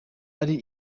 ari